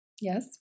yes